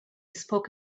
spoke